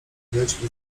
wejdźmy